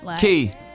Key